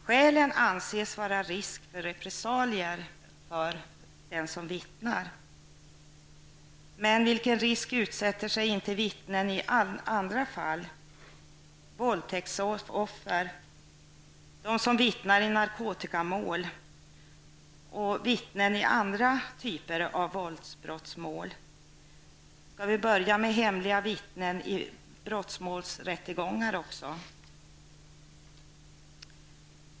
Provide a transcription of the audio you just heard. Skälet anges vara risk för repressalier för den som vittnar. Men vilken risk utsätter sig inte vittnen för i andra fall; våldtäktsoffer, de som vittnar i narkotikamål och andra typer av våldsbrottmål? Skall vi börja med hemliga vittnen i brottmålsrättegångar också?